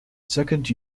second